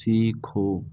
सीखो